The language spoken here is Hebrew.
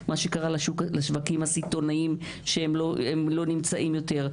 מה שקרה לשווקים הסיטונאים שהם לא נמצאים יותר,